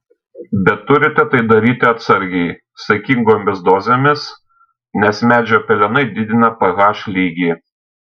bet turite tai daryti atsargiai saikingomis dozėmis nes medžio pelenai didina ph lygį